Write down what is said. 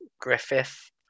griffith